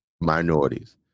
minorities